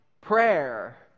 prayer